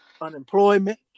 unemployment